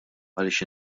għaliex